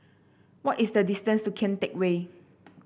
what is the distance to Kian Teck Way